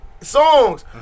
songs